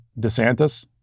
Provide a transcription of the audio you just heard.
DeSantis